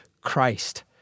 Christ